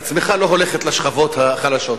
הצמיחה לא הולכת לשכבות החלשות.